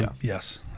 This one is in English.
Yes